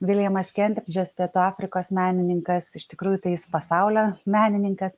viljamas kentridžas pietų afrikos menininkas iš tikrųjų tai jis pasaulio menininkas